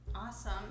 Awesome